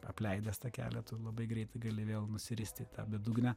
apleidęs tą kelią tu labai greitai gali vėl nusiristi tą bedugnę